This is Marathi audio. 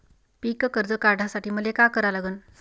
पिक कर्ज काढासाठी मले का करा लागन?